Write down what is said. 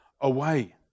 away